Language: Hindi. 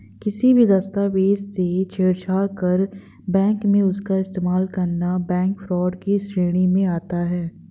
किसी भी दस्तावेज से छेड़छाड़ कर बैंक में उसका इस्तेमाल करना बैंक फ्रॉड की श्रेणी में आता है